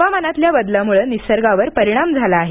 हवामानातल्या बदलामुळं निसर्गावर परिणाम झाला आहे